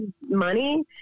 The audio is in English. money